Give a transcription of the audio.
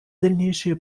дальнейшие